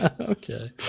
Okay